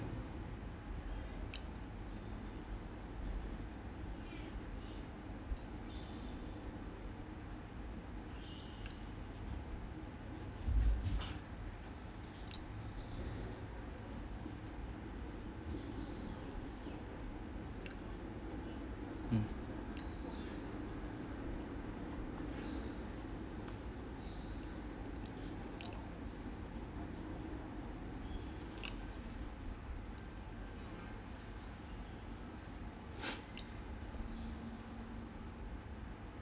mm